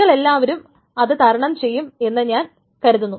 നിങ്ങളെല്ലാവരും അത് തരണം ചെയ്യും എന്ന് ഞാൻ കരുതുന്നു